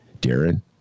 Darren